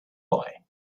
boy